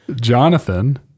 Jonathan